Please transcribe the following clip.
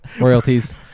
Royalties